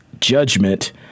Judgment